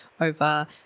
over